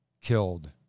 killed